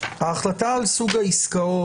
ההחלטה על סוג העסקאות,